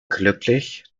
glücklich